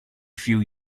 few